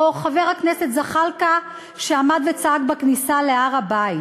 או חבר הכנסת זחאלקה, שעמד וצעק בכניסה להר-הבית.